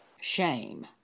shame